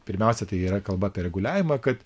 pirmiausia tai yra kalba apie reguliavimą kad